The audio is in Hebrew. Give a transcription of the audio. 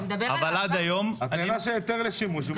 --- אבל הטענה היא שהיתר לשימוש הוא מיותר.